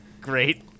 great